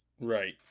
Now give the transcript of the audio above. Right